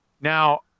Now